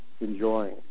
enjoying